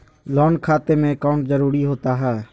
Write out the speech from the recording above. Loan खाते में account जरूरी होता है?